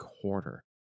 quarter